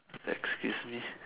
excuse me